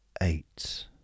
eight